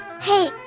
Hey